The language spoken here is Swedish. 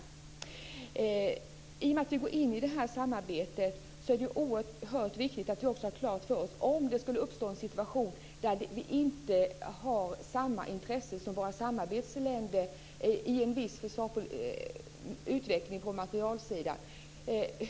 I och med att vi går in i det här samarbetet är det oerhört viktigt att vi också har klart för oss vad som gäller om det skulle uppstå en situation där vi inte har samma intresse som våra samarbetsländer i fråga om en viss utveckling på materielsidan.